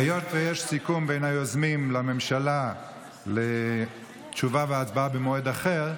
היות שיש סיכום בין היוזמים לבין הממשלה על תשובה והצבעה במועד אחר,